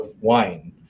wine